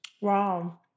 Wow